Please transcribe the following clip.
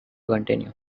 continue